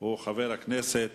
הוא חבר הכנסת